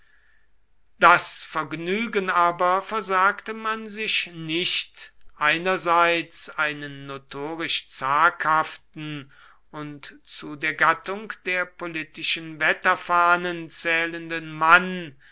das vergnügen aber versagte man sich nicht einerseits einen notorisch zaghaften und zu der gattung der politischen wetterfahnen zählenden mann